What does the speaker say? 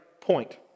point